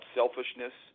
selfishness